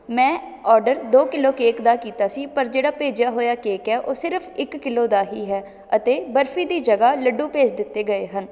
ਮੈਂ ਔਡਰ ਦੋ kilo cake ਦਾ ਕੀਤਾ ਸੀ ਪਰ ਜਿਹੜਾ ਭੇਜਿਆ ਹੋਇਆ ਕੇਕ ਹੈ ਉਹ ਸਿਰਫ਼ ਇੱਕ ਕਿਲੋ ਦਾ ਹੀ ਹੈ ਅਤੇ ਬਰਫ਼ੀ ਦੀ ਜਗ੍ਹਾ ਲੱਡੂ ਭੇਜ ਦਿੱਤੇ ਗਏ ਹਨ